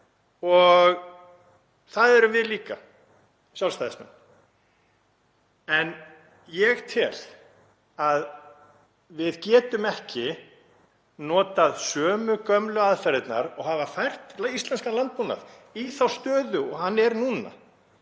og það erum við Sjálfstæðismenn líka. En ég tel að við getum ekki notað sömu gömlu aðferðirnar og hafa fært íslenskan landbúnað í þá stöðu og hann er núna